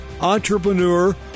entrepreneur